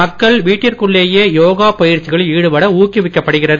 மக்கள் வீட்டிற்குள்ளேயே யோகா பயிற்சிகளில் ஈடுபட ஊக்குவிடப்படுகிறது